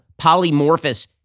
polymorphous